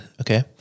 Okay